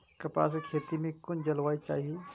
कपास के खेती में कुन जलवायु चाही?